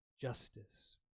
justice